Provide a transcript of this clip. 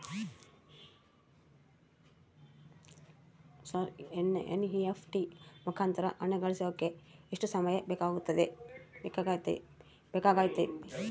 Sir NEFT ಮುಖಾಂತರ ಹಣ ಕಳಿಸೋಕೆ ಎಷ್ಟು ಸಮಯ ಬೇಕಾಗುತೈತಿ?